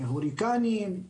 הוריקנים,